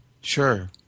Sure